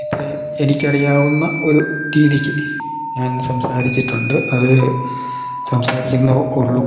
ഇത്രയും എനിക്കറിയാവുന്ന ഒരു രീതിക്ക് ഞാൻ സംസാരിച്ചിട്ടുണ്ട് അത് സംസാരിക്കുന്ന ഉള്ളൂ